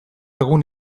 egun